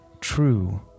true